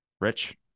Rich